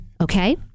okay